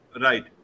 Right